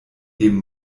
dem